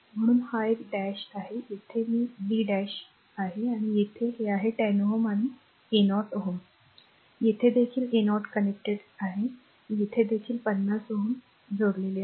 म्हणून हा एक डॅश आहे येथे तो b डॅश आहे आणि हे आहे 10 Ω आणि हे a0 Ω आहे आणि येथे देखील a0 connected जोडलेले आहे आणि येथे देखील 50 Ω हे काहीतरी जोडलेले आहे